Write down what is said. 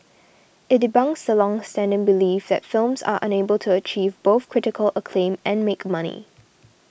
it debunks the longstanding belief that films are unable to achieve both critical acclaim and make money